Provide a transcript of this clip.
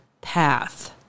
path